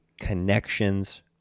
connections